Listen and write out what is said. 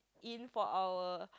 in for our